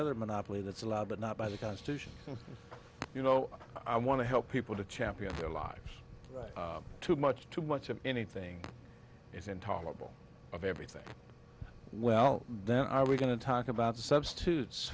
other monopoly that's allowed but not by the constitution you know i want to help people to champion their lives too much too much of anything is intolerable of everything well then i was going to talk about substitutes